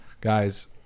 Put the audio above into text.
Guys